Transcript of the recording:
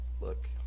look